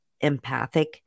empathic